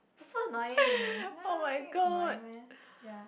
it's so annoying why won't you think it's annoying meh ya